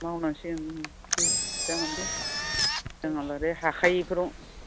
मावनां सिगोन दे जागोन दे रोङाबा आरो हाखायैफ्राव